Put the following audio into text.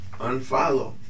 unfollow